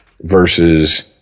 versus